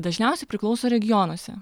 dažniausiai priklauso regionuose